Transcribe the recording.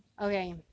Okay